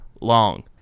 long